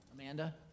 Amanda